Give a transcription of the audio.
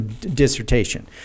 dissertation